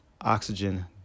oxygen